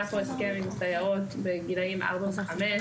היה פה הסכם עם הסייעות לגילאים ארבע וחמש,